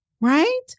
right